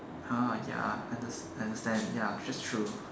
!huh! ya underst~ understand ya that's true